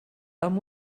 amb